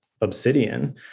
Obsidian